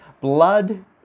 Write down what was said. blood